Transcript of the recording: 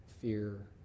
fear